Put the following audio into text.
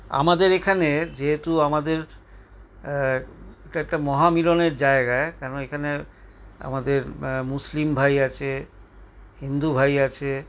আমাদের এখানের যেহেতু আমাদের এটা একটা মহামিলনের জায়গা কেন না এখানে আমাদের মুসলিম ভাই আছে হিন্দু ভাই আছে